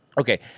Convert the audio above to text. Okay